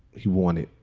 he wanted